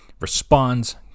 responds